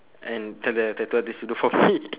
and tell the tattoo artist to do for me